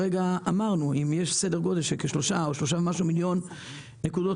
אמרנו שיש סדר גודל של כ-3 מיליון נקודות